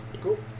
Cool